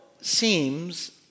seems